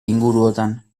inguruotan